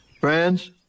Friends